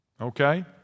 Okay